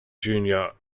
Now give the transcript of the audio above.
junior